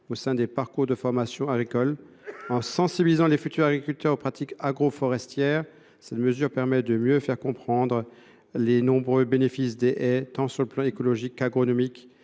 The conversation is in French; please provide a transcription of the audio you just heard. au sein des parcours de formation agricole. Sensibiliser les futurs agriculteurs aux pratiques agroforestières permettrait de mieux faire comprendre les nombreux bénéfices des haies, sur les plans tant écologique qu’agronomique.